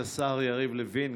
את השר יריב לוין,